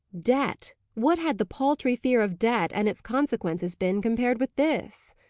debt! what had the paltry fear of debt and its consequences been compared with this?